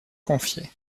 confié